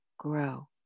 grow